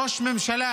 ראש ממשלה